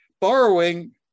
borrowing